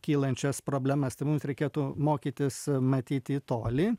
kylančias problemas tai mums reikėtų mokytis matyt į tolį